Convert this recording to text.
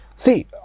See